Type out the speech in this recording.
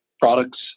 products